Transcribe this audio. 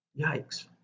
Yikes